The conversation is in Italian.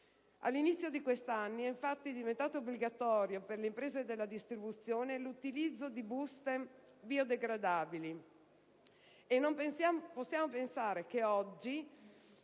All'inizio di quest'anno, è infatti diventato obbligatorio per le imprese della distribuzione l'utilizzo di buste biodegradabili, e non possiamo pensare di